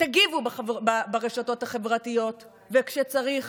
תגיבו ברשתות החברתיות, וכשצריך